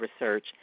research